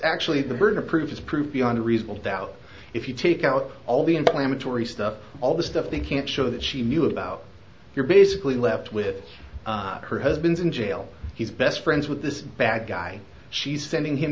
actually the burden of proof is proof beyond a reasonable doubt if you take out all the implant tory stuff all the stuff they can't show that she knew about you're basically left with her husband's in jail he's best friends with this bad guy she's sending him